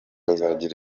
azagira